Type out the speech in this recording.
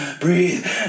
breathe